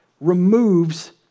removes